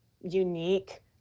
unique